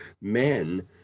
men